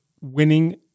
winning